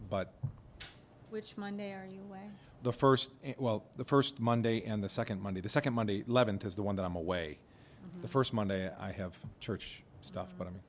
when the first well the first monday and the second monday the second monday eleventh is the one that i'm away the first monday i have church stuff but i mean